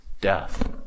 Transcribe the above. death